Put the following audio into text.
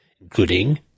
including